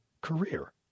career